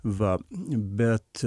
va bet